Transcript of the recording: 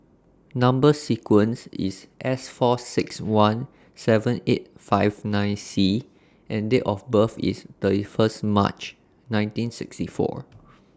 Number sequence IS S four six one seven eight five nine C and Date of birth IS thirty First March nineteen sixty four